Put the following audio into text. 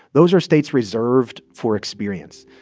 those are states reserved for experience.